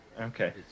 Okay